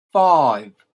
five